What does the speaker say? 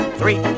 three